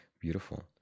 beautiful